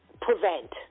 prevent